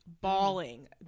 bawling